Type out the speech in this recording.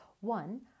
One